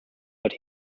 but